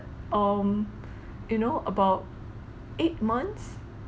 um you know about eight months